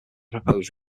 proposed